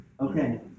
Okay